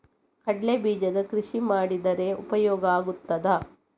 ಕಡ್ಲೆ ಬೀಜದ ಕೃಷಿ ಮಾಡಿದರೆ ಉಪಯೋಗ ಆಗುತ್ತದಾ?